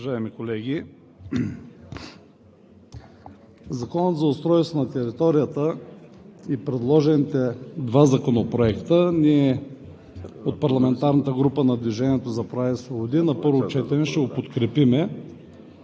Уважаеми колеги, Законът за устройство на територията и предложените два законопроекта ние от парламентарната група на „Движението за права и свободи“ на първо четене ще подкрепим,